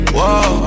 Whoa